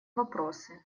вопросы